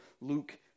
Luke